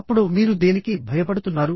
అప్పుడు మీరు దేనికి భయపడుతున్నారు